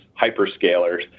hyperscalers